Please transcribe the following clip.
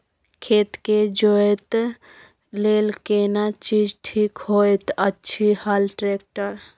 खेत के जोतय लेल केना चीज ठीक होयत अछि, हल, ट्रैक्टर?